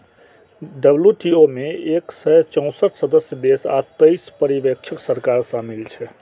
WTO मे एक सय चौंसठ सदस्य देश आ तेइस पर्यवेक्षक सरकार शामिल छै